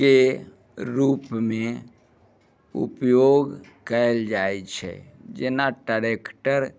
के रूपमे उपयोग कयल जाइत छै जेना ट्रेक्टर